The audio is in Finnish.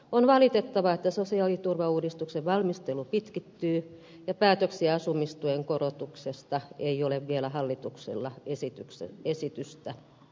on valitettavaa että sosiaaliturvauudistuksen valmistelu pitkittyy ja asumistuen korotuksesta ei ole vielä hallituksella esitystä